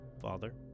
father